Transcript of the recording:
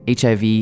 HIV